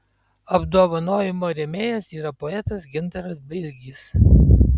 apdovanojimo rėmėjas yra poetas gintaras bleizgys